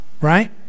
right